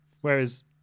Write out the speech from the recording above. Whereas